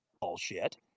bullshit